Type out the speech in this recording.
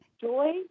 Joy